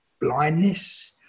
blindness